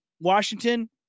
Washington